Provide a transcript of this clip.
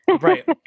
Right